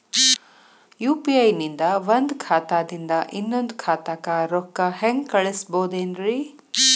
UPI ನಿಂದ ಒಂದ್ ಖಾತಾದಿಂದ ಇನ್ನೊಂದು ಖಾತಾಕ್ಕ ರೊಕ್ಕ ಹೆಂಗ್ ಕಳಸ್ಬೋದೇನ್ರಿ?